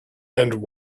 and